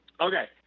Okay